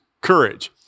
courage